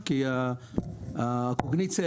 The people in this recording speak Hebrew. מתוך אני מזכיר לך שהצגת את